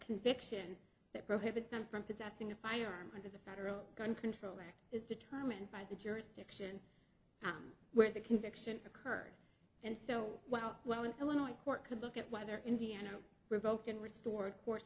conviction that prohibits them from possessing a firearm under the federal gun control act is determined by the jurisdiction where the conviction occurred and so while while in illinois court could look at whether indiana revoked and restored course